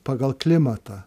pagal klimatą